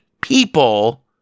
people